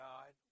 God